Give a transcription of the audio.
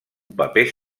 paper